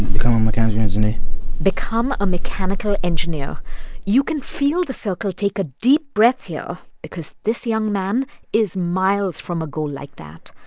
become a mechanical engineer become a mechanical engineer you can feel the circle take a deep breath here because this young man is miles from a goal like that.